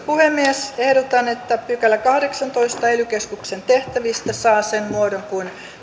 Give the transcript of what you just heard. puhemies ehdotan että kahdeksastoista pykälä ely keskuksen tehtävistä saa sen muodon kuin